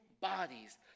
bodies